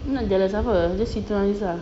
nak jealous apa dia siti nurhaliza